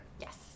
Yes